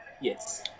Yes